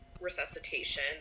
resuscitation